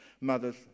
Mothers